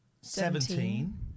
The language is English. seventeen